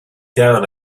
down